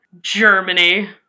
Germany